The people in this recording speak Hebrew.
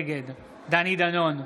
נגד דני דנון,